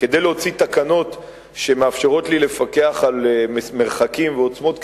להוציא תקנות שמאפשרות לי לפקח על מרחקים ועוצמות קרינה,